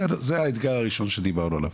זה האתגר הראשון שדיברנו עליו.